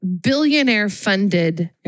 billionaire-funded